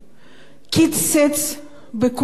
קיצץ בכל דבר.